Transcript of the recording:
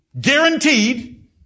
guaranteed